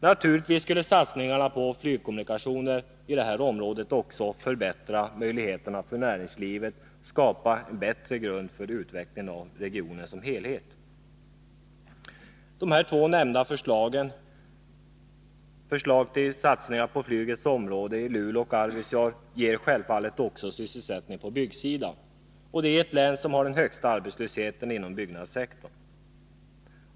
Naturligtvis skulle satsningen på flygkommunikationer i detta område också förbättra möjligheterna för näringslivet och skapa en bättre grund för utveckling av regionen som helhet. Dessa två nämnda förslag till satsning på flygets område i Luleå och Arvidsjaur ger självfallet också sysselsättning på byggsidan — och det i ett län som har den högsta arbetslösheten inom byggnadssektorn.